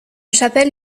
chapelle